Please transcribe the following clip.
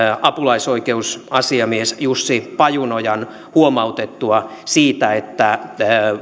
apulaisoikeusasiamies jussi paju ojan huomautettua siitä että